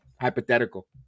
hypothetical